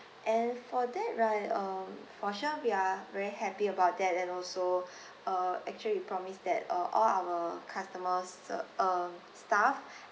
and for that right uh for sure we are very happy about that and also uh actually we promised that uh all our customers ser~ uh staff